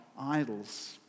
idols